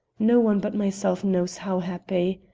no one but myself knows how happy.